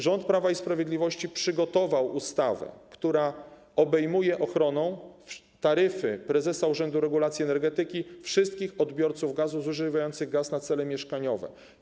Rząd Prawa i Sprawiedliwości przygotował ustawę, która obejmuje ochroną taryfy prezesa Urzędu Regulacji Energetyki wszystkich odbiorców gazu zużywających gaz na cele mieszkaniowe.